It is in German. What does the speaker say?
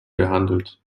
behandelt